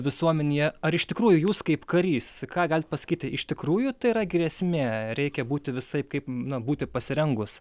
visuomenėje ar iš tikrųjų jūs kaip karys ką galit pasakyti iš tikrųjų tai yra grėsmė reikia būti visaip kaip na būti pasirengus